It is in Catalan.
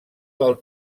del